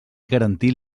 garantir